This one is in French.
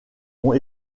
ont